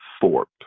Thorpe